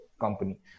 company